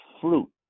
fruit